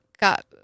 got –